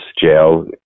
jail